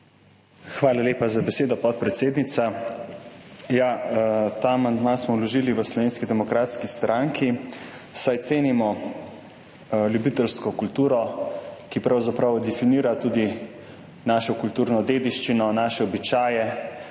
Hvala lepa za besedo, podpredsednica. Ta amandma smo vložili v Slovenski demokratski stranki, saj cenimo ljubiteljsko kulturo, ki pravzaprav definira tudi našo kulturno dediščino, naše običaje.